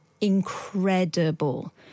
incredible